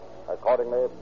Accordingly